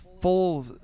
full